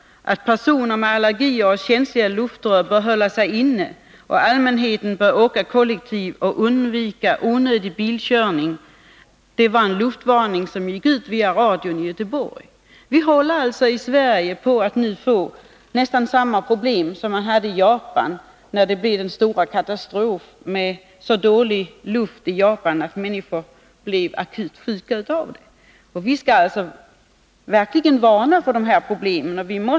Personer med allergier och känsliga luftrör uppmanades att hålla sig inne, och allmänheten uppmanades att åka kollektivt och undvika onödig bilkörning. Vi håller alltså på att få samma problem i Sverige som man hade i Japan, när luften där blev så dålig att människor blev akut sjuka. Vi skall verkligen varna för problemen.